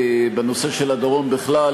בנושא של הדרום בכלל,